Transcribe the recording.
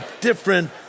different